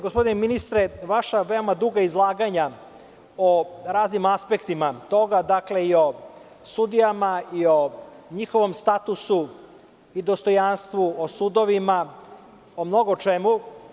Gospodine ministre, čuli smo vaša veoma duga izlaganja o raznim aspektima toga, dakle i o sudijama i o njihovom statusu i dostojanstvu, o sudovima, o mnogo čemu.